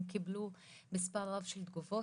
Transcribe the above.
הם קיבלו מספר רב של תגובות.